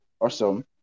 Awesome